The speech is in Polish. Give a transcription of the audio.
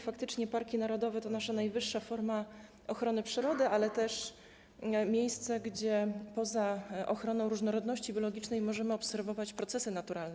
Faktycznie parki narodowe to nasza najwyższa forma ochrony przyrody, ale też miejsce, gdzie poza ochroną różnorodności biologicznej możemy obserwować procesy naturalne.